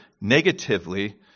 negatively